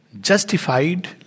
justified